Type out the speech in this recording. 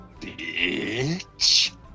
Bitch